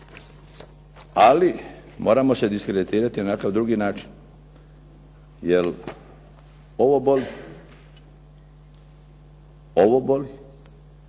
Ali moramo se diskreditirati na neki drugi način, jer ovo boli. Ovo boli.